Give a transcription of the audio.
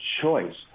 choice